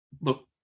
Look